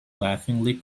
laughingly